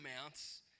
amounts